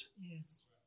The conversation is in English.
Yes